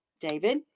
David